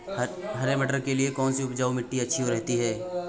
हरे मटर के लिए कौन सी उपजाऊ मिट्टी अच्छी रहती है?